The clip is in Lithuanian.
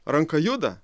ranka juda